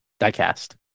Diecast